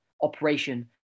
operation